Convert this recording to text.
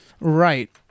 Right